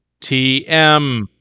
TM